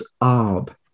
Arb